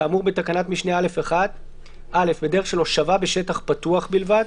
כאמור בתקנת משנה ׁ(א1) - בדרך של הושבה בשטח פתוח בלבד.